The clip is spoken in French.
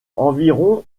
environ